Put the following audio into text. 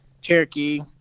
cherokee